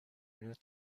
not